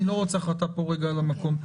אני לא רוצה החלטה פה על המקום.